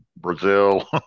Brazil